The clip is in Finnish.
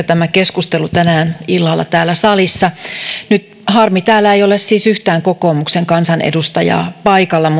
tämä keskustelu tänään illalla täällä salissa ollut paikoin hyvinkin värikästä on harmi että täällä ei ole nyt siis yhtään kokoomuksen kansanedustajaa paikalla